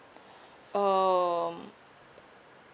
oh mm